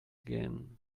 again